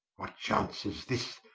what chance is this,